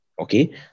okay